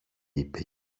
είπε